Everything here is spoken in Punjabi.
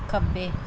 ਖੱਬੇ